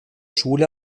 schule